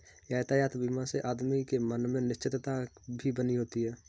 यातायात बीमा से आदमी के मन में निश्चिंतता भी बनी होती है